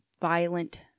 violent